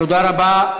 תודה רבה.